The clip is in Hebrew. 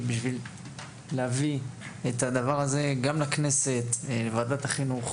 בשביל להביא את הדבר הזה גם לכנסת לוועדת החינוך.